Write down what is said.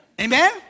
Amen